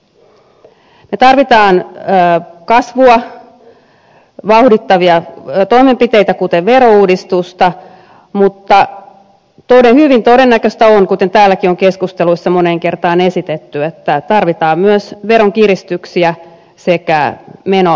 me tarvitsemme kasvua vauhdittavia toimenpiteitä kuten verouudistuksen mutta hyvin todennäköistä on kuten täälläkin on keskusteluissa moneen kertaan esitetty että tarvitaan myös veronkiristyksiä sekä menoleikkauksia